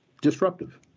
disruptive